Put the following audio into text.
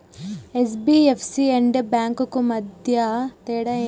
NBFC and banks కు మధ్య తేడా ఏంటిది?